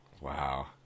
Wow